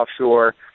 offshore